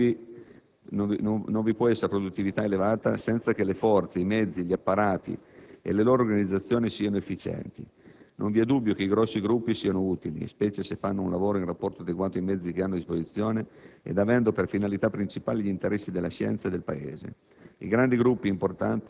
Non vi può essere produttività elevata senza che le forze, i mezzi, gli apparati e la loro organizzazione siano efficienti. Non vi è dubbio che i grossi gruppi siano utili, specie se fanno un lavoro in rapporto adeguato ai mezzi che hanno a disposizione ed avendo per finalità principale gli interessi della scienza e del Paese.